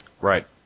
Right